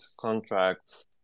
contracts